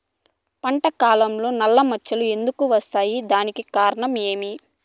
పంట కాలంలో నల్ల మచ్చలు ఎందుకు వస్తాయి? దానికి కారణం ఏమి?